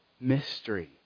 mystery